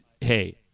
hey